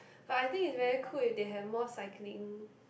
but I think it's very cool if there have more cycling